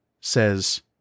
says